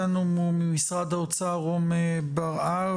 ממשרד האוצר נמצא איתנו רום בר-אב,